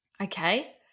Okay